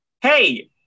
Hey